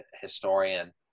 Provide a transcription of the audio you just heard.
historian